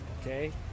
Okay